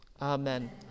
Amen